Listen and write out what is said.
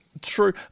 True